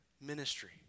ministry